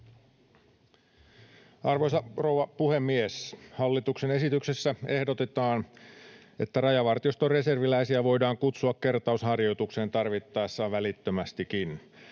Arvoisa rouva puhemies! Hallituksen esityksessä ehdotetaan, että Rajavartioston reserviläisiä voidaan kutsua kertausharjoitukseen tarvittaessa välittömästikin.